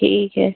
ठीक है